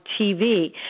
TV